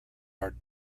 are